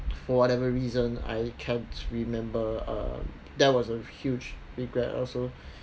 for whatever reason I can't remember um there was a huge regret also